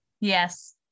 Yes